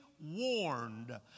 warned